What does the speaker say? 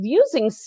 using